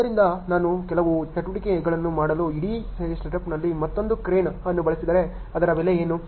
ಆದ್ದರಿಂದ ನಾನು ಕೆಲವು ಚಟುವಟಿಕೆಗಳನ್ನು ಮಾಡಲು ಇಡೀ ಸೆಟಪ್ನಲ್ಲಿ ಮತ್ತೊಂದು ಕ್ರೇನ್ ಅನ್ನು ಬಳಸಿದರೆ ಅದರ ಬೆಲೆ ಏನು